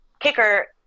kicker